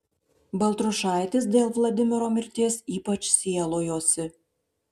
baltrušaitis dėl vladimiro mirties ypač sielojosi